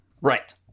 Right